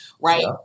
right